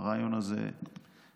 לרעיון הזה מקום.